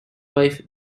wife